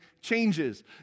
changes